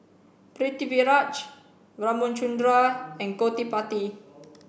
Pritiviraj Ramchundra and Gottipati